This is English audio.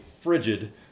frigid